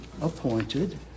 appointed